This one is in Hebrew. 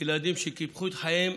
וילדים קיפחו את חייהם,